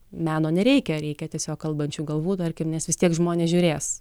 meno nereikia reikia tiesiog kalbančių galvų tarkim nes vis tiek žmonės žiūrės